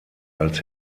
als